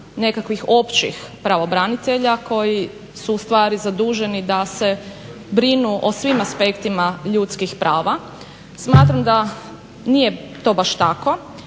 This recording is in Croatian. nekakvih općih pravobranitelja koji su ustvari zaduženi da se brinu o svim aspektima ljudskih prava. Smatram da nije to baš tako